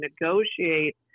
negotiate